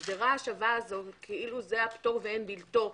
ההגדרה השווה הזו כאילו זה הפטור ואין בלתו,